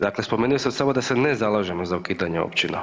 Dakle spomenuo sam samo da se ne zalažemo za ukidanje općina.